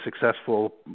successful